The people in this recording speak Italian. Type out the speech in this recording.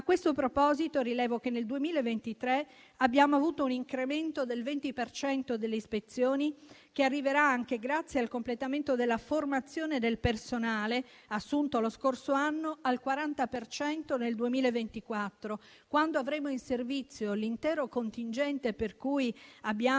A questo proposito, rilevo che nel 2023 abbiamo avuto un incremento del 20 per cento delle ispezioni, che arriverà anche grazie al completamento della formazione del personale, assunto lo scorso anno, al 40 per cento nel 2024. Quando avremo in servizio l'intero contingente per cui abbiamo